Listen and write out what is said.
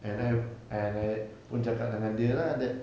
and I and I pun cakap dengan dia lah that